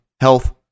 health